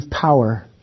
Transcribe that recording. power